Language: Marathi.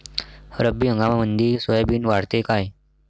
रब्बी हंगामामंदी सोयाबीन वाढते काय?